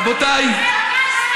רבותיי,